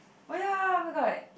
oh ya oh-my-god